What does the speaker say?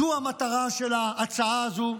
זו המטרה של ההצעה הזו,